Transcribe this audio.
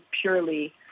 purely